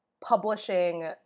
publishing